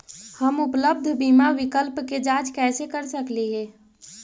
हम उपलब्ध बीमा विकल्प के जांच कैसे कर सकली हे?